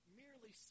merely